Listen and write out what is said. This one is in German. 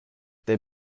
der